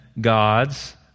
gods